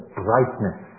brightness